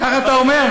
כך אתה אומר?